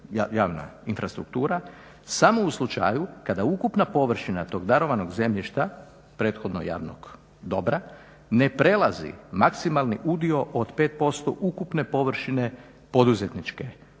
javna infrastruktura. Samo u slučaju kada ukupna površina tog darovanog zemljišta, prethodnog javnog dobra ne prelazi maksimalni udio od 5% ukupne površine poduzetničke